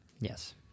Yes